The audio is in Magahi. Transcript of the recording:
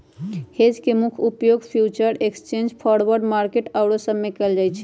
हेज के मुख्य उपयोग फ्यूचर एक्सचेंज, फॉरवर्ड मार्केट आउरो सब में कएल जाइ छइ